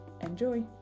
Enjoy